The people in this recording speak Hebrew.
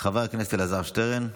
חבר הכנסת אלעזר שטרן.